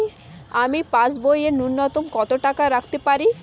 আমি পাসবইয়ে ন্যূনতম কত টাকা রাখতে পারি?